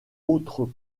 autres